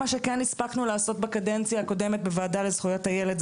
מה שכן הספקנו לעשות בקדנציה הקודמת בוועדה לזכויות הילד,